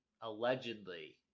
allegedly